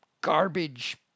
garbage